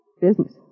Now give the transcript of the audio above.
Business